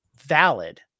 valid